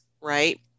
right